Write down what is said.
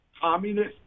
communist